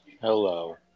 Hello